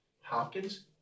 Hopkins